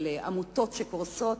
של עמותות שקורסות,